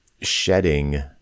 shedding